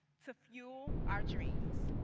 to fuel our dreams.